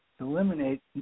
eliminate